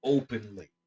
openly